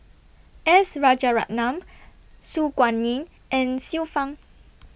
S Rajaratnam Su Guaning and Xiu Fang